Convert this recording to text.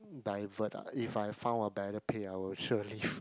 divert ah if I found a better pay I will surely